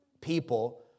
people